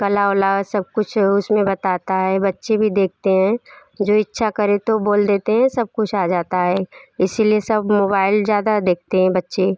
कला वला सब कुछ उसमें बताता है बच्चे भी देखते हैं जो इच्छा करें तो बोल देते सब कुछ आ जाता है इसी लिए सब मोबैल ज़्यादा देखते हें बच्चे